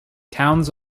towns